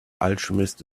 alchemist